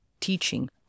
Teaching